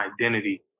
identity